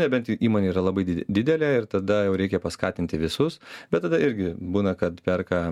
nebent įmonė yra labai didelė ir tada jau reikia paskatinti visus bet tada irgi būna kad perka